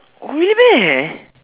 really meh